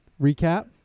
Recap